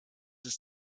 ist